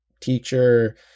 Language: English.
teacher